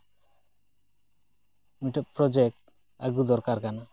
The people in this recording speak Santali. ᱢᱤᱫᱴᱮᱡ ᱯᱨᱚᱡᱮᱠᱴ ᱟᱹᱜᱩ ᱫᱚᱨᱠᱟᱨ ᱠᱟᱱᱟ